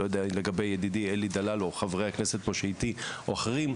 אני לא יודע לגבי ידידי אלי דלל או חברי הכנסת פה שאיתי או אחרים,